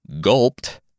gulped